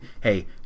hey